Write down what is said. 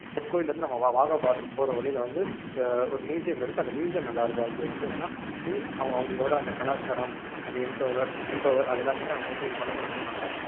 பொற்கோவில்லேருந்து நம்ம வா வாகாபார்டருக்கு போகிற வழியில வந்து ஒரு மியூசியம் இருக்குது அந்த மியூசியம் நல்லாயிருக்கும் அங்கே வந்து என்னென்னா சிங் அவங்க அவங்களோட அந்தக் கலாச்சாரம் அந்த என்பவர் எம்பவர் அதை எல்லாத்தையுமே அவங்க வந்து இது பண்ணி வெச்சிருப்பாங்க